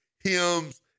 hymns